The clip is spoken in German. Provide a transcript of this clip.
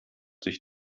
sich